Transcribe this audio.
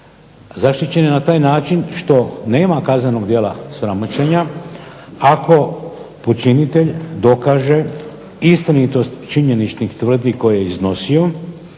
Zaštićen je na taj način što nema kaznenog djela sramoćenja ako počinitelj dokaže istinitost činjeničnih tvrdnji koje je donosio,